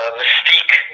mystique